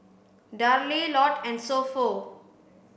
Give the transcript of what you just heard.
Darlie Lotte and So Pho